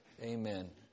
Amen